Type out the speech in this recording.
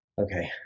Okay